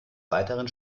weiteren